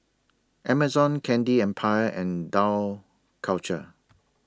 Amazon Candy Empire and Dough Culture